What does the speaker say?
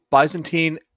Byzantine